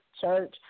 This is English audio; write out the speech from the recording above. church